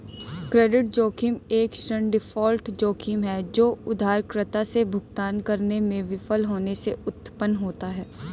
credit जोखिम एक ऋण डिफ़ॉल्ट जोखिम है जो उधारकर्ता से भुगतान करने में विफल होने से उत्पन्न होता है